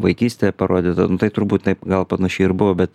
vaikystė parodyta tai turbūt taip gal panašiai ir buvo bet